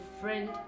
friend